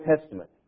Testament